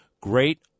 Great